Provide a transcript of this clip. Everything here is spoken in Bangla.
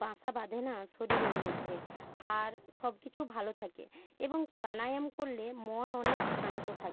বাসা বাঁধে না শরীরের মধ্যে হাড় সব কিছু ভালো থাকে এবং প্রাণায়াম করলে মন অনেক শান্ত থাকে